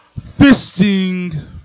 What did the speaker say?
fisting